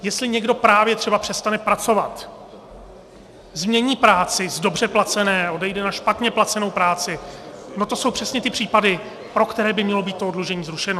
Jestli někdo právě třeba přestane pracovat, změní práci z dobře placené, odejde na špatně placenou práci, to jsou přesně ty případy, pro které by mělo být to oddlužení zrušeno.